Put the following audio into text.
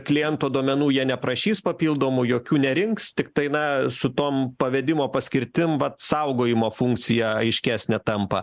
kliento duomenų jie neprašys papildomų jokių nerinks tiktai na su tom pavedimo paskirtim vat saugojimo funkcija aiškesnė tampa